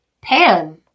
pan